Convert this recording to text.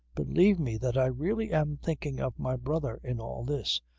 believe me that i really am thinking of my brother in all this.